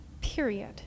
period